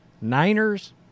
Niners